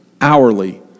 hourly